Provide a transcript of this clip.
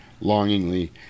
longingly